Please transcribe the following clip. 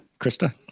Krista